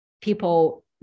people